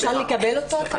אפשר לקבל אותו?